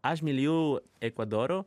aš myliu ekvadoro